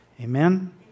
Amen